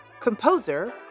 composer